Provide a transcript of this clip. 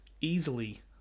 easily